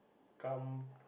kam